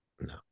No